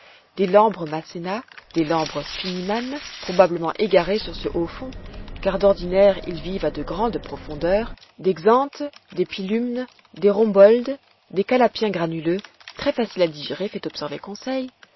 des lambres masséna des lambres spinimanes probablement égarés sur ce haut fond car d'ordinaire ils vivent à de grandes profondeurs des xhantes des pilumnes des rhomboldes des calappiens granuleux très faciles à digérer fait observer conseil